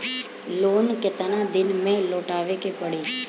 Loan केतना दिन में लौटावे के पड़ी?